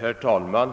Herr talman!